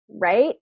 Right